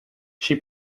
she